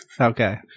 Okay